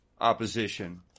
opposition